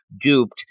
duped